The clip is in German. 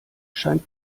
scheint